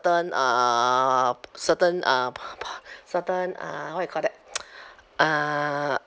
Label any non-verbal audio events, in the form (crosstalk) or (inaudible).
certain uh certain uh (noise) certain uh what you call that (noise) uh